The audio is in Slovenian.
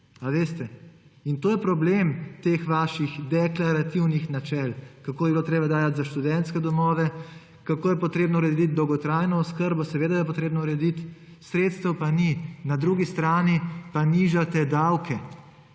to je problem teh vaših deklarativnih načel, kako bi bilo potrebno dajati za študentske domove, kako je potrebno urediti dolgotrajno oskrbo. Seveda je potrebno urediti, sredstev pa ni. Na drugi strani pa nižate davke